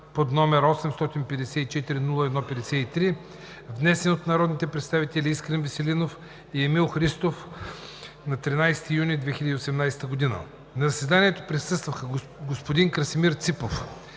№ 854-01-53, внесен от народните представители Искрен Веселинов и Емил Христов на 13 юни 2018 г. На заседанието присъстваха: господин Красимир Ципов